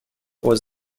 was